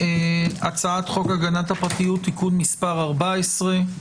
בהצעת חוק הגנת הפרטיות (תיקון מס' 14),